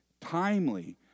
timely